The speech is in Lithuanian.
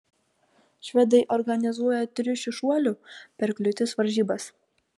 švedai organizuoja triušių šuolių per kliūtis varžybas